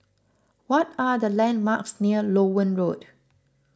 what are the landmarks near Loewen Road